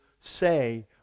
say